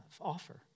offer